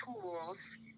tools